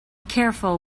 careful